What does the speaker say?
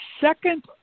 second